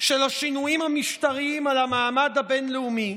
של השינויים המשטריים על המעמד הבין-לאומי,